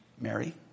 Mary